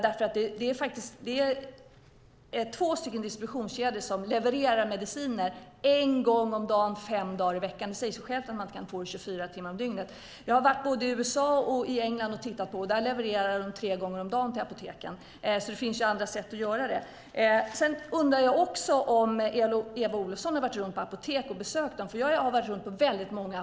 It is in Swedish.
Det finns två distributionskedjor som levererar mediciner en gång om dagen fem dagar i veckan. Det säger sig självt att man inte kan få det 24 timmar om dygnet. Jag har varit i både USA och England och tittat på detta. Där levererar man till apoteken tre gånger om dagen. Det finns alltså andra sätt att göra det. Jag undrar om Eva Olofsson har varit runt och besökt apotek. Jag har varit på väldigt många.